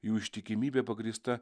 jų ištikimybė pagrįsta